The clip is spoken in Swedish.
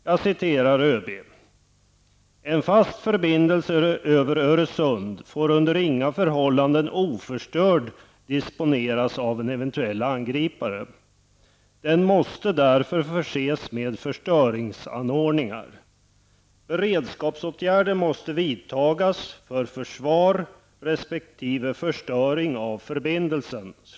Jag citerar: ''En fast förbindelse över Öresund får under inga förhållanden oförstörd disponeras av en eventuell angripare. Den måste därför förses med förstöringsanordningar. Beredskapsåtgärder måste vidtagas för försvar respektive förstöring av förbindelsen.''